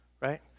right